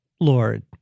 Lord